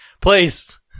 please